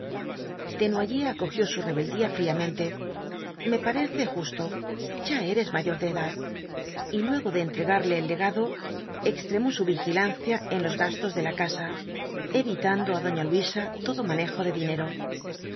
desnoyers acogió su rebeldía fríamente me parece justo ya eres mayor de edad y luego de entregarle el legado extremó su vigilancia en los gastos de la casa evitando á doña luisa todo manejo de dinero